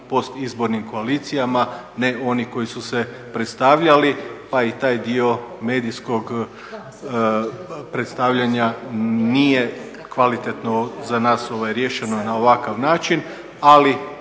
postizbornim koalicijama, ne oni koji su se predstavljali pa i taj dio medijskog predstavljanja nije kvalitetno za nas riješeno na ovakav način, ali